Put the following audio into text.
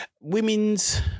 women's